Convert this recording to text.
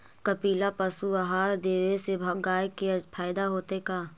कपिला पशु आहार देवे से गाय के फायदा होतै का?